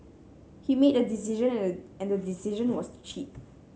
he made a decision and the decision was to cheat